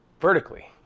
vertically